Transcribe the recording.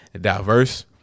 diverse